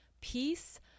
peace